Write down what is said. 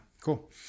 cool